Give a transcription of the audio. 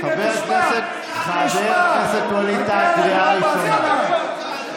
חבר הכנסת ווליד טאהא, קריאה ראשונה.